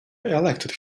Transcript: elected